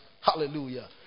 Hallelujah